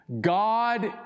God